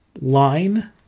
line